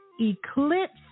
Eclipse